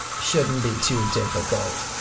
shouldn't be too difficult.